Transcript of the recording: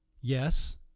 yes